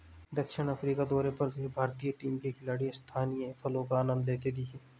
दक्षिण अफ्रीका दौरे पर गए भारतीय टीम के खिलाड़ी स्थानीय फलों का आनंद लेते दिखे